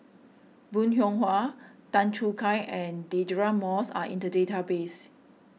Bong Hiong Hwa Tan Choo Kai and Deirdre Moss are in the database